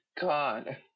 god